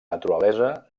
naturalesa